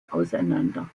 auseinander